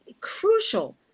crucial